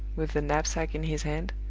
with the knapsack in his hand,